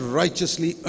righteously